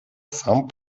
сам